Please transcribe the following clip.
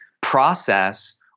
process